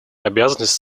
обязанность